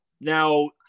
Now